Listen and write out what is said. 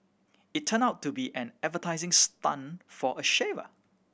it turned out to be an advertising stunt for a shaver